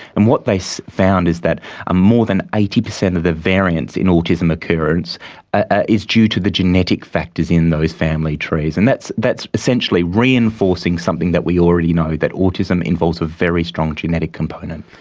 and what they so found is that ah more than eighty percent of the variance in autism occurrence ah is due to the genetic factors in those family trees, and that's that's essentially reinforcing something that we already know, that autism involves a very strong genetic component.